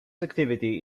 activity